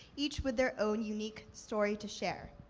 each with their own unique story to share.